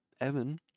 Evan